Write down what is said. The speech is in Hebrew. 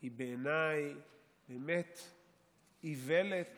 היא בעיניי איוולת